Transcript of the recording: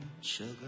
sugar